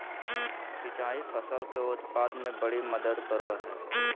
सिंचाई फसल के उत्पाद में बड़ी मदद करो हइ